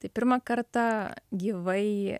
tai pirmą kartą gyvai